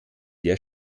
der